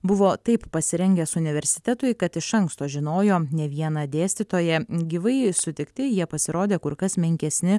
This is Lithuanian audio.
buvo taip pasirengęs universitetui kad iš anksto žinojo ne vieną dėstytoją gyvai sutikti jie pasirodė kur kas menkesni